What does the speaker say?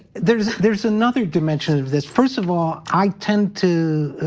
there's there's another dimension of this. first of all, i tend to